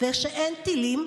כשאין טילים,